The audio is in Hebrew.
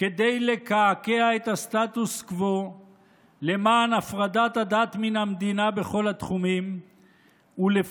כדי לקעקע את הסטטוס קוו למען הפרדת הדת מן המדינה בכל התחומים ולפרק